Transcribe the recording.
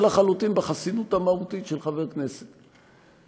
לחלוטין בחסינות המהותית של חבר כנסת,